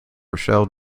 rochelle